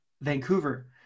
Vancouver